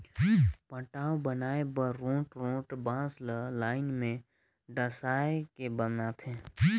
पटांव बनाए बर रोंठ रोंठ बांस ल लाइन में डसाए के बनाथे